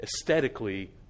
aesthetically